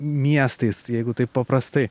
miestais jeigu taip paprastai